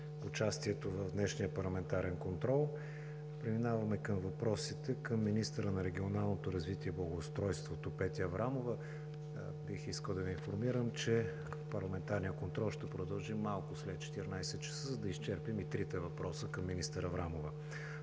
участието в днешния парламентарен контрол. Преминаваме към въпросите към министъра на регионалното развитие и благоустройството – Петя Аврамова. Бих искал да Ви информирам, че парламентарният контрол ще продължи малко след 14,00 ч., за да изчерпим и трите въпроса към министър Аврамова.